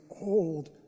old